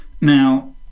Now